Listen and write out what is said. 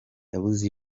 yabuze